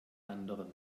anderen